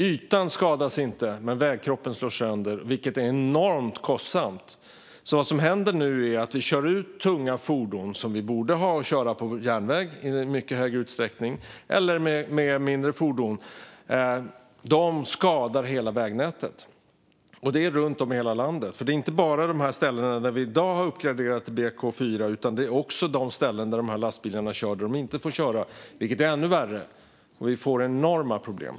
Ytan skadas inte, men vägkroppen slås sönder. Detta är enormt kostsamt. Vad som nu händer är att tunga fordon kör sådant som i mycket större utsträckning borde gå på järnväg eller med mindre fordon. De skadar hela vägnätet, och det sker runt om i hela landet. Det är inte bara på de ställen där i vi i dag har uppgraderat till BK4, utan det är också de ställen där dessa lastbilar kör trots att de inte får köra där, vilket är ännu värre. Vi får enorma problem.